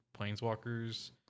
Planeswalkers